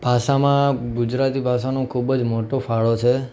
ભાષામાં ગુજરાતી ભાષાનો ખૃૂબ જ મોટો ફાળો છે